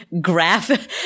graph